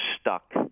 stuck